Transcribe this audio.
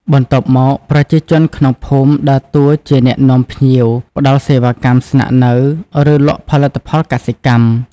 បន្ទាប់មកប្រជាជនក្នុងភូមិដើរតួជាអ្នកនាំភ្ញៀវ ផ្តល់សេវាកម្មស្នាក់នៅ ឬលក់ផលិតផលកសិកម្ម។